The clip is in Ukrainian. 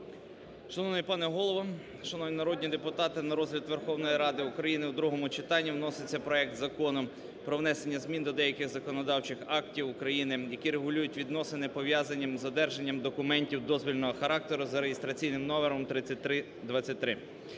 Шановний пане Голово, шановні народні депутати, на розгляд Верховної Ради України в другому читанні вноситься проект Закону про внесення змін до деяких законодавчих актів України, які регулюють відносини, пов'язані з одержанням документів дозвільного характеру, за реєстраційним номером 3323.